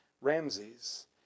Ramses